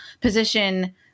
position